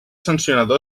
sancionador